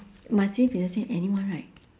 must we be the same right